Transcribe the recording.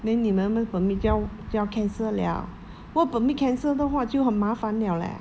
then 你们那 permit 就要就要 cancel 了 work permit cancel 的话就很麻烦了 leh